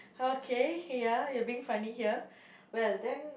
okay ya you're being funny here well then